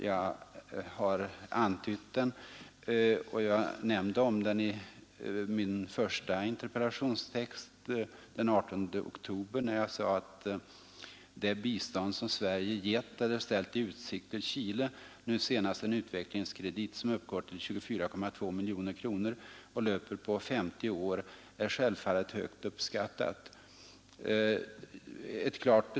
Jag har antytt det nu, och jag har nämnt det i min interpellation den 18 oktober, där jag sagt: ”Det bistånd som Sverige gett eller ställt i utsikt åt 23 november 1972 ma Inf :—- kronor och löper på 50 år, är självfallet högt uppskattat. Ett klart besked Ang.